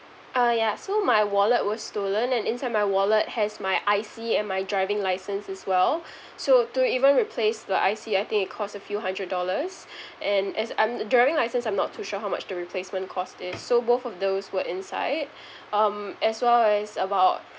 uh yeah so my wallet was stolen and inside my wallet has my I_C and my driving license as well so to even replace the I_C I think it cost a few hundred dollars and as um driving license I'm not too sure how much the replacement cost is so both of those were inside um as well as about